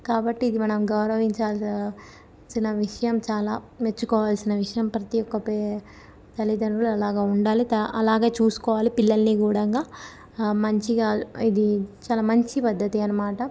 కాబట్టి ఇది మనం గౌరవించాల్సి ల్సిన విషయం చాలా మెచ్చుకోవాల్సిన విషయం ప్రతీ ఒక్క పే తల్లిదండ్రులు అలాగ ఉండాలి అలాగే చూసుకోవాలి పిల్లల్ని కూడా మంచిగా ఇది చాలా మంచి పద్ధతి అన్నమాట